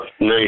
nice